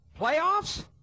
playoffs